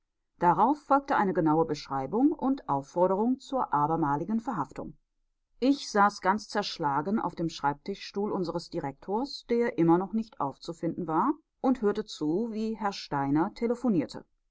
darauf folgte genaue beschreibung und aufforderung zur abermaligen verhaftung ich saß ganz zerschlagen auf dem schreibtischstuhl unseres direktors der immer noch nicht aufzufinden war und hörte zu wie herr steiner telephonierte